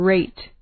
Rate